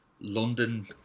London